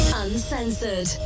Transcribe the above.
Uncensored